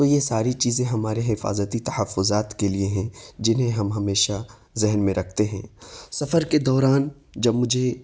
تو یہ ساری چیزیں ہمارے حفاظتی تحفظات کے لیے ہیں جنہیں ہم ہمیشہ ذہن میں رکھتے ہیں سفر کے دوران جب مجھے